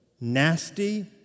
Nasty